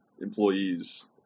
employees